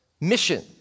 mission